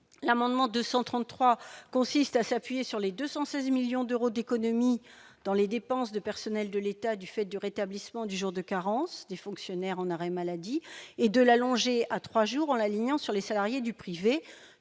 l'amendement 233 consiste à s'appuyer sur les 216 millions d'euros d'économies dans les dépenses de personnel de l'État, du fait du rétablissement du jour de carence des fonctionnaires en arrêt maladie et de l'allonger à 3 jours en l'alignant sur les salariés du privé